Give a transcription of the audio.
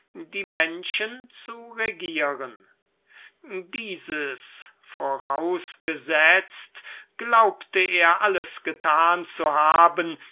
die menschen zu regieren und dieses vorausgesetzt glaubte er alles getan zu haben